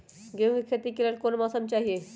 गेंहू के खेती के लेल कोन मौसम चाही अई?